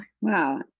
Wow